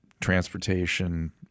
transportation